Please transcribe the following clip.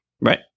Right